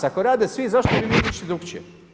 Ako rade svi zašto bi mi išli drukčije?